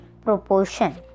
proportion